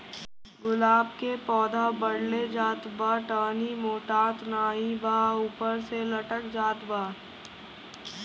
गुलाब क पौधा बढ़ले जात बा टहनी मोटात नाहीं बा ऊपर से लटक जात बा?